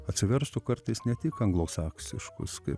atsiverstų kartais ne tik anglosaksiškus kaip